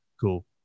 Cool